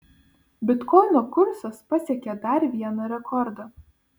bitkoino kursas pasiekė dar vieną rekordą